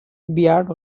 বিয়াৰ